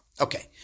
Okay